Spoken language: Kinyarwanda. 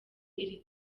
iri